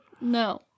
no